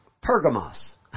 Pergamos